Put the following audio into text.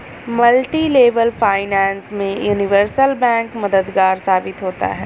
multilevel finance में universal bank मददगार साबित होता है